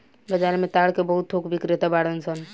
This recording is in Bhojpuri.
बाजार में ताड़ के बहुत थोक बिक्रेता बाड़न सन